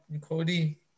Cody